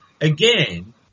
Again